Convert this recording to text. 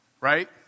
right